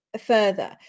further